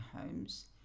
homes